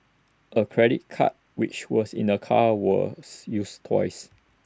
A credit card which was in the car was used twice